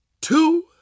two